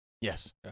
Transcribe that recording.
Yes